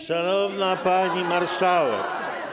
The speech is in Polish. Szanowna Pani Marszałek!